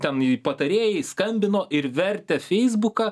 ten patarėjai skambino ir vertė feisbuką